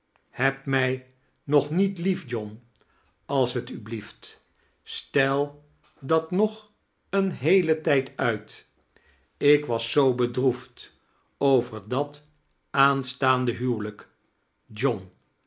heb mij nog niet lief john als t u blieft stel dat nog een heelen tijd uit ik was zoo bedroefd over dat aanstaande huwelijk john